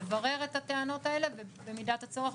לברר את הטענות האלה ובמידת הצורך,